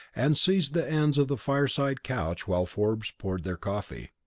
and seized the ends of the fireside couch while forbes poured their coffee.